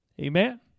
amen